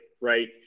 right